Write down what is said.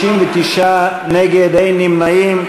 59 נגד, אין נמנעים.